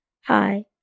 Hi